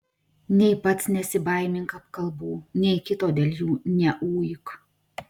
nei pats nesibaimink apkalbų nei kito dėl jų neuik